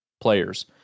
players